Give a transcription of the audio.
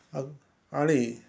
अग आणि